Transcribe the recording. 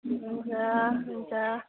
हुन्छ हुन्छ